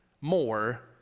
more